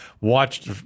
watched